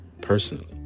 personally